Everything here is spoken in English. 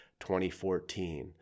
2014